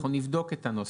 אנחנו נבדוק את הנוסח.